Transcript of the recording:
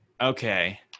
okay